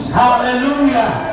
hallelujah